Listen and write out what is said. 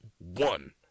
one